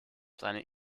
seine